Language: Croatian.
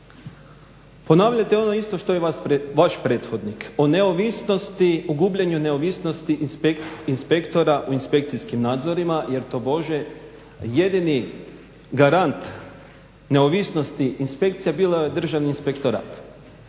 ponavljate ono isto što i vaš prethodnih o neovisnosti o gubljenju neovisnosti inspektora u inspekcijskim nadzorima jer tobože jedini garant neovisnosti inspekcija bio je Državni inspektorat.